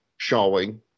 showing